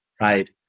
Right